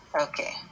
Okay